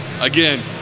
Again